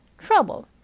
trouble!